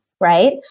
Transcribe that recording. right